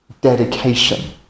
dedication